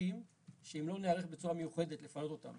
אנשים שאם לא ניערך בצורה מיוחדת לפנות אותם,